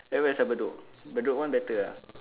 at where sia bedok bedok one better ah